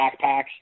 backpacks